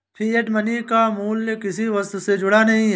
fiat money का मूल्य किसी वस्तु से जुड़ा नहीं है